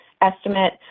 estimate